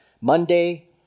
Monday